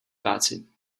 práci